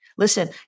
Listen